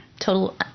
Total